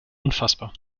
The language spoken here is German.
unfassbar